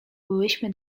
byłyśmy